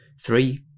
three